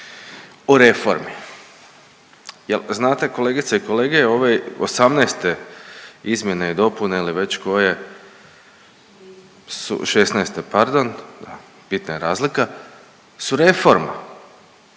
o reformi. Jel' znate kolegice i kolege ove osamnaeste izmjene i dopune ili već koje, šesnaeste pardon, bitna je razlika su reforme